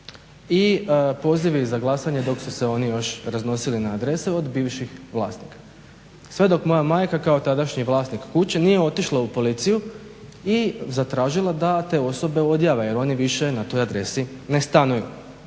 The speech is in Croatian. i pozivi za glasanje dok su se oni još raznosili na adrese od bivših vlasnika. Sve dok moja majka kao tadašnji vlasnik kuće nije otišla u Policiju i zatražila da te osobe odjave jer oni više na toj adresi ne stanuju.